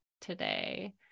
today